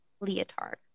leotard